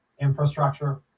infrastructure